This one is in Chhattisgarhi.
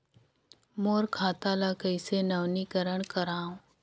मोर खाता ल कइसे नवीनीकरण कराओ?